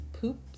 poop